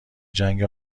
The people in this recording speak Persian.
جنگ